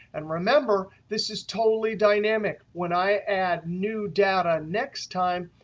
and remember this is totally dynamic. when i add new data next time,